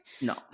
no